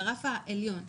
ברף העליון.